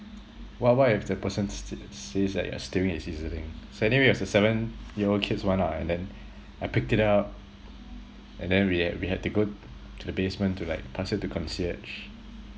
what what if the person st~ says that you are stealing his E_Zlink so anyway that's a seven year old kid's one ah and then I picked it up and then we had we had to go to the basement to like pass it to concierge